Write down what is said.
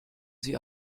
sie